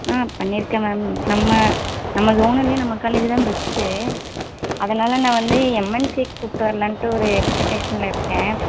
ஆ பண்ணிருக்கேன் மேம் நம்ம நம்ம ஸோனல்ல நம்ம காலேஜி தான் பெஸ்ட்டு அதனால் நான் வந்து எம்என்சி கூப்பிட்டு வரலாண்ட்டு ஒரு எக்ஸ்பெட்டேஷனில் இருக்கேன்